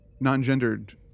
non-gendered